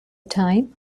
time